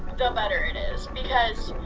the better it is because,